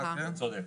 הוא צודק,